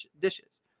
dishes